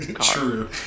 True